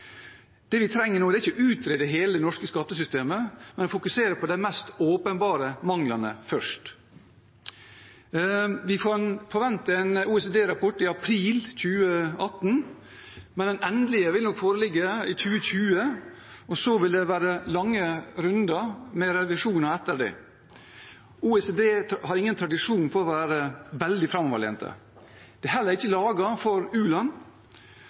Det vi trenger nå, er ikke å utrede hele det norske skattesystemet, men å fokusere på de mest åpenbare manglene først. Vi forventer en OECD-rapport i april 2018, men den endelige vil nok foreligge i 2020, og så vil det bli lange runder med revisjoner etter det. OECD har ingen tradisjon for å være veldig framoverlente. Det er heller ikke laget for